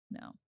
No